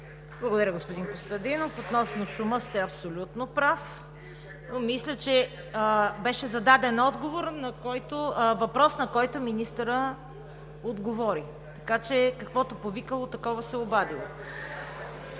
Благодаря, господин Костадинов. Относно шума сте абсолютно прав, но мисля, че беше зададен въпрос, на който министърът отговори, така че каквото повикало, такова се обадило!